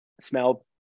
smell